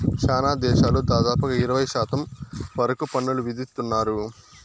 శ్యానా దేశాలు దాదాపుగా ఇరవై శాతం వరకు పన్నులు విధిత్తున్నారు